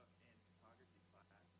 photography class.